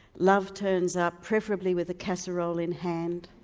love turns up preferably with a casserole in hand.